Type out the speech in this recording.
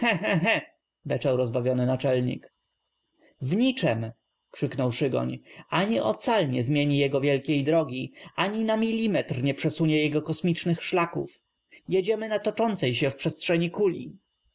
czelnik w n iczem krzyknął szygoń ani o cal nie zmieni jego wielkiej drogi ani na m ilim eter nie przesunie jego kosmicznych szlaków jedziem y na toczącej się w przestrzeni kuli